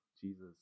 Jesus